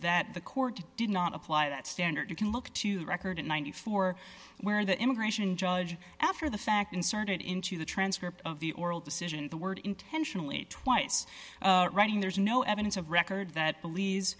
that the court did not apply that standard you can look to the record in ninety four where the immigration judge after the fact inserted into the transcript of the oral decision of the word intentionally twice writing there's no evidence of record that b